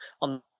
on